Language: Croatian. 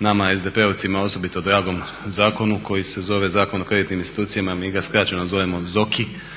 nama SDP-ovcima osobito dragom zakonu koji se zove Zakon o kreditnim institucijama i mi ga skraćeno zovemo ZOKI